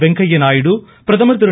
வெங்கைய நாயுடு பிரதமர் திரு